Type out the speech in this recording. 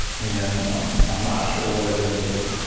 and um um not sure what it is but